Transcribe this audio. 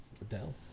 Adele